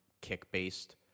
kick-based